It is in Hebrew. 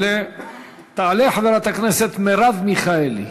תעלה חברת הכנסת מרב מיכאלי.